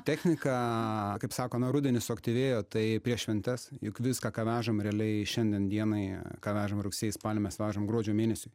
technika kaip sakome rudenį suaktyvėjo tai prieš šventes juk viską ką vežam realiai šiandien dienai ką vežam rugsėjį spalį mes vežam gruodžio mėnesiui